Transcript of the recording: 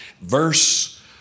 verse